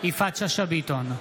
יפעת שאשא ביטון,